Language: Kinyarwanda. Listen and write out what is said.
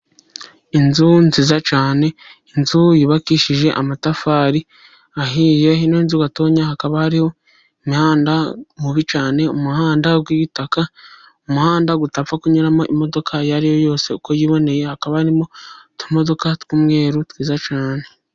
Inzu nziza cyane, inzu yubakishije amatafari ahiye. Ino nzu gatoya hakaba hariho umuhanda mubi cyane, umuhanda w'itaka, umuhanda utapfa kunyuramo imodoka iyo ariyo yose uko yiboneye. Hakaba harimo utumodoka tw'umweru twiza cyane.